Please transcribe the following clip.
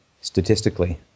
statistically